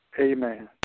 Amen